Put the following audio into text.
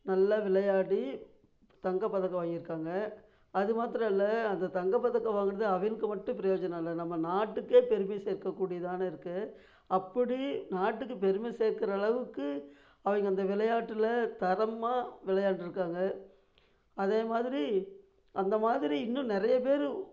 நல்லா விளையாடி தங்கப்பதக்கம் வாங்கியிருக்காங்க அது மாத்திரம் இல்லை அதை தங்கப்பதக்கம் வாங்கினது அவங்களுக்கு மட்டும் பிரயோஜனம் இல்லை நம்ம நாட்டுக்கு பெருமை சேர்க்கக்கூடியதான இருக்க அப்படி நாட்டுக்கு பெருமை சேர்க்கிற அளவுக்கு அவங்க அந்த விளையாட்டில் தரமாக விளையாண்ட்ருக்காங்க அதே மாதிரி அந்த மாதிரி இன்னும் நிறைய பேர்